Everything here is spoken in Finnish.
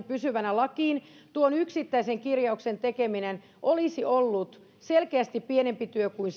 pysyvänä lakiin tuon yksittäisen kirjauksen tekeminen olisi ollut selkeästi pienempi työ kuin